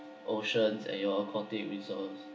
oceans and your county resource